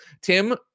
Tim